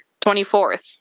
24th